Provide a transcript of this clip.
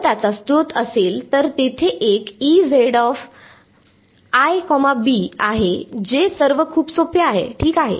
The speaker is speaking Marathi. जर त्याचा स्रोत असेल तर तेथे एक आहे जे सर्व खूप सोपे आहे ठीक आहे